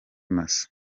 masa